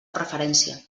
preferència